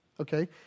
Okay